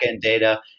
data